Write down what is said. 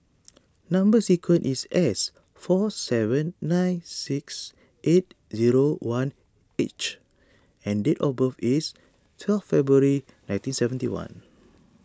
Number Sequence is S four seven nine six eight zero one H and date of birth is twelve February nineteen seventy one